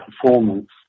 performance